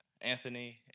Anthony